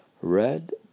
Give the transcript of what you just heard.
red